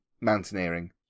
mountaineering